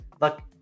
look